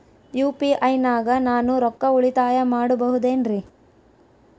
UPI ನಾಗ ನಾನು ರೊಕ್ಕ ಉಳಿತಾಯ ಮಾಡಬಹುದೇನ್ರಿ?